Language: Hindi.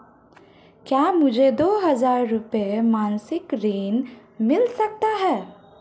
क्या मुझे दो हज़ार रुपये मासिक ऋण मिल सकता है?